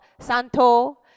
Santo